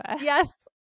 Yes